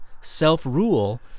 Self-rule